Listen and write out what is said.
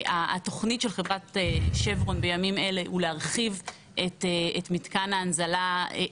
התוכנית של חברת שברון בימים אלה היא להרחיב את מתקן ההנזלה,